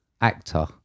actor